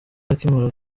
akimara